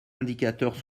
indicateurs